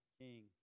king